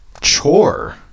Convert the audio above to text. chore